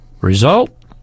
Result